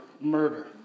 murder